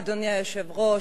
אדוני היושב-ראש,